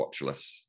watchless